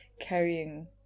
carrying